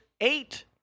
eight